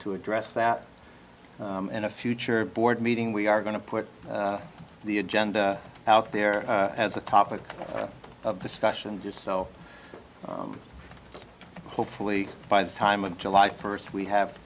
to address that in a future board meeting we are going to put the agenda out there as a topic of discussion just so hopefully by the time of july first we have